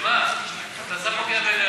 הרווחה והבריאות נתקבלה.